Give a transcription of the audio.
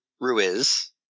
Ruiz